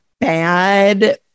bad